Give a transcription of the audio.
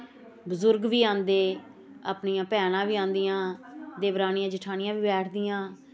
बजुर्ग बी आंदे अपनियां भैनां बी आंदियां देवरानियां जेठानियां बी बैठदियां